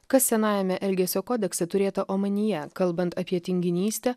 kas senajame elgesio kodekse turėta omenyje kalbant apie tinginystę